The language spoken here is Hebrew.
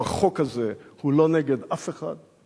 או החוק הזה הוא לא נגד אף אחד,